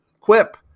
Quip